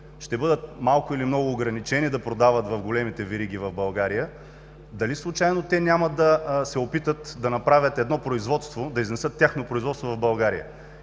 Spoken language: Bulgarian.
ще бъдат малко или много ограничени да продават в големите вериги в България, дали случайно те няма да се опитат да направят едно производство, да изнесат тяхно производство в България